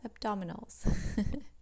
abdominals